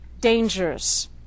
dangers